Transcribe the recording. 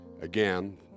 again